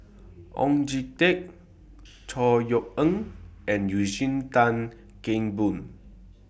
Oon Jin Teik Chor Yeok Eng and Eugene Tan Kheng Boon